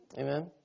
Amen